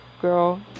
girl